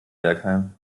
bergheim